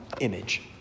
image